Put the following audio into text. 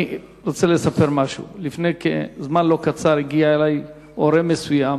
אני רוצה לספר משהו: לפני זמן לא קצר הגיע אלי הורה מסוים